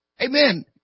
Amen